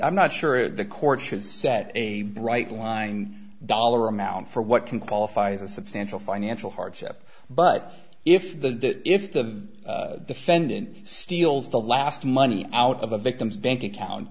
i'm not sure the court should set a bright line dollar amount for what can qualify as a substantial financial hardship but if the if the defendant steals the last money out of a victim's bank account